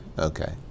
Okay